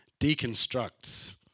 deconstructs